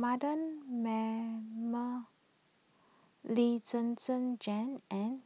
Mardan Mamat Lee Zhen Zhen Jane and